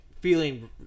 feeling